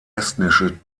estnische